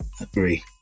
Agree